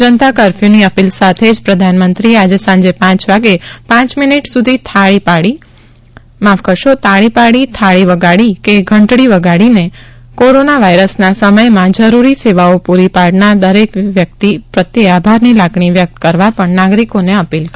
જનતા કર્ફ્યુંની અપીલ સાથે જ પ્રધાનમંત્રીએ આજે પાંચ વાગે પાંચ મિનિટ સુધી તાળી પાડી થાળી વગાડી કે ઘંટડી વગાડીને કોરોના વાયરસ સમયે જરૂરી સેવાઓ પૂરી પાડનાર દરેક વ્યક્તિ પ્રત્યે આભારની લાગણી વ્યક્ત કરવા પણ નાગરિકોને અપીલ કરી છે